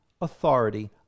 authority